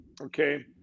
okay